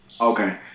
Okay